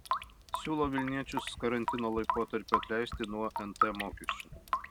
siūlo vilniečius karantino laikotarpiu atleisti nuo nt mokesčio